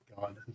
god